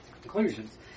conclusions